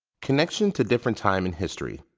connection to different time in history.